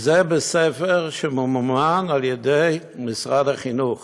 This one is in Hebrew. זה בספר שממומן על-ידי משרד החינוך.